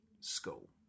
school